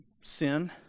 sin